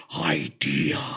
Idea